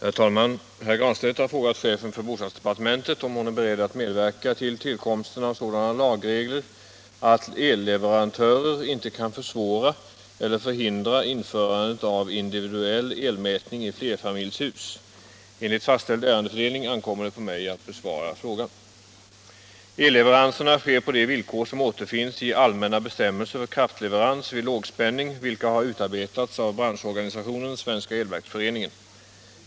Herr talman! Herr Granstedt har frågat chefen för bostadsdepartementet om hon är beredd att medverka till tillkomsten av sådana lagregler att elleverantörer inte kan försvåra eller förhindra införandet av individuell elmätning i flerfamiljshus. Enligt fastställd ärendefördelning ankommer det på mig att besvara frågan. Elleveranserna sker på de villkor som återfinns i Allmänna bestämmelser för kraftleverans vid lågspänning, vilka har utarbetats av branschorganisationen Svenska elverksföreningen.